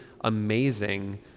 amazing